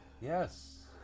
Yes